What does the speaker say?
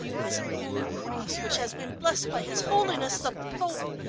his own cross which has been blessed by his holiness the pope!